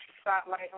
Spotlight